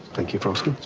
thank you for asking.